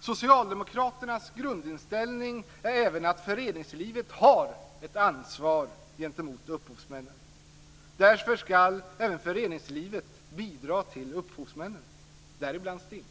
Socialdemokraternas grundinställning är att även föreningslivet har ett ansvar gentemot upphovsmännen. Därför ska föreningslivet bidra till upphovsmännen, däribland STIM.